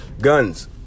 Guns